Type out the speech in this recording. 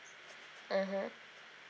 mmhmm